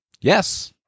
Yes